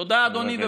תודה, אדוני.